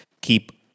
keep